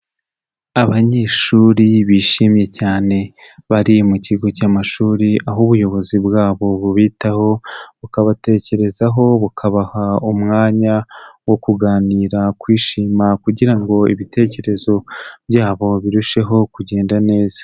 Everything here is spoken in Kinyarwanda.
Abanyeshuri bishimye cyane bari mu kigo cy'amashuri, aho ubuyobozi bwabo bubitaho, bukabatekerezaho, bukabaha umwanya wo kuganira kwishima kugira ngo ibitekerezo byabo birusheho kugenda neza.